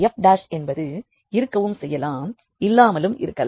f என்பது இருக்கவும் செய்யலாம் இல்லாமலும் இருக்கலாம்